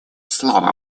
слово